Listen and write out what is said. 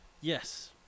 Yes